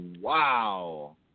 wow